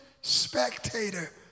spectator